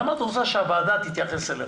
למה את רוצה שהוועדה תתייחס אליכם?